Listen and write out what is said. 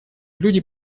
люди